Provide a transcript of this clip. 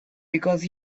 because